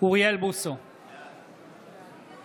אוריאל בוסו, בעד